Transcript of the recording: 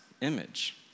image